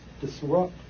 disrupt